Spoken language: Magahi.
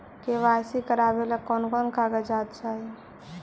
के.वाई.सी करावे ले कोन कोन कागजात चाही?